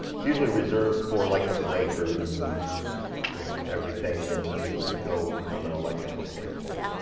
it's usually reserved for like the breakers and you know everything that needs to go from an electrical standpoint.